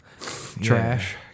trash